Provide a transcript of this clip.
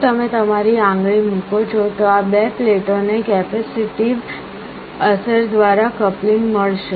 જો તમે તમારી આંગળી મૂકો છો તો આ બે પ્લેટો ને કેપેસિટીવ અસર દ્વારા કપ્લિંગ મળશે